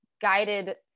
guided